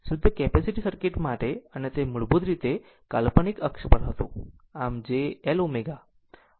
શુદ્ધ capacitive circuit માટે અને તે મૂળભૂત રીતે કાલ્પનિક અક્ષ પર હતું આમ j L ω